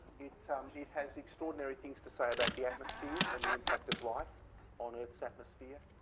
it um it has extraordinary things to say about the atmosphere and the impact of life on earth's atmosphere.